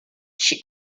she